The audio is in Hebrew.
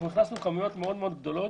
אנחנו הכנסנו כמויות גדולות